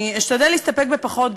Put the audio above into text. אני אשתדל להסתפק בפחות,